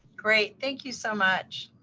great, thank you so much.